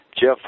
Jeff